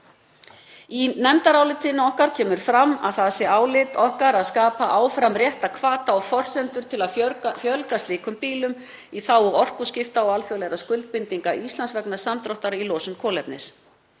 Í nefndaráliti meiri hlutans kemur fram að það sé álit okkar að skapa áfram rétta hvata og forsendur til að fjölga slíkum bílum í þágu orkuskipta og alþjóðlegra skuldbindinga Íslands vegna samdráttar í losun kolefnis.